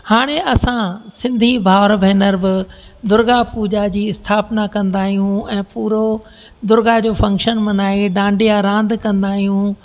हाणे असां सिंधी भाउर भेनरु बि दुर्गा पूॼा जी स्थापना कंदा आहियूं ऐं पूरो दुर्गा जो फंक्शन मल्हाए डांडिया रांदि कंदा आहियूं